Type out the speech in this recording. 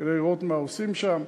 כדי לראות מה עושים שם.